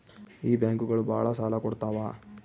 ಈ ಬ್ಯಾಂಕುಗಳು ಭಾಳ ಸಾಲ ಕೊಡ್ತಾವ